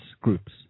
groups